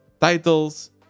titles